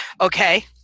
Okay